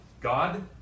God